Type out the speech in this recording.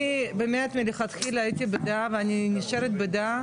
אני באמת מלכתחילה הייתי בדעה ואני נשארת בדעה,